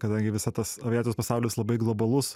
kadangi visa tas aviacijos pasaulis labai globalus